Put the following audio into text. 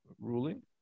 ruling